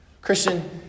Christian